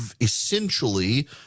essentially